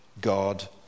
God